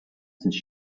since